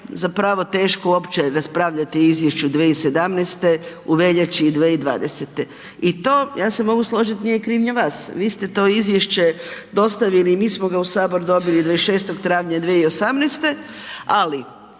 zapravo teško uopće raspravljati o izvješću 2017., u veljači 2020. i to, ja se mogu složit nije krivnja vas, vi ste to izvješće dostavili i mi smo ga u Sabor dobili 26. travnja 2018. ali